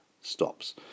stops